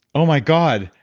oh my god,